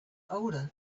older